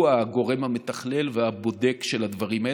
הוא הגורם המתכלל והבודק של הדברים האלה.